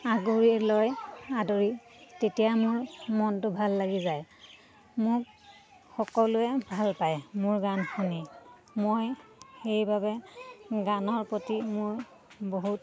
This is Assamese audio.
আগুৰি লৈ আদৰি তেতিয়া মোৰ মনটো ভাল লাগি যায় মোক সকলোৱে ভাল পায় মোৰ গান শুনি মই সেইবাবে গানৰ প্ৰতি মোৰ বহুত